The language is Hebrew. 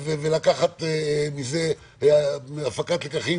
ולעשות הפקת לקחים,